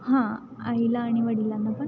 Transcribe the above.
हां आईला आणि वडिलांना पण